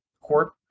Corp